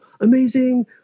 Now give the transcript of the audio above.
amazing